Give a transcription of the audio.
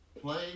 play